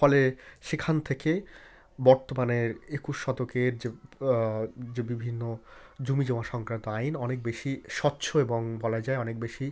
ফলে সেখান থেকে বর্তমানের একুশ শতকের যে যে বিভিন্ন জমিজমা সংক্রান্ত আইন অনেক বেশি স্বচ্ছ এবং বলা যায় অনেক বেশি